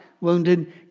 wounded